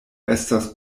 estas